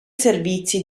servizi